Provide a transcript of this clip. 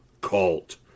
Cult